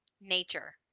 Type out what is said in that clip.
Nature